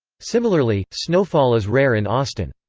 similarly, snowfall is rare in austin.